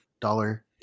dollar